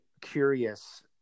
curious